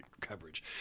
coverage